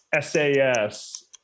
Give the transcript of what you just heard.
SAS